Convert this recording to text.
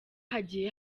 hagiye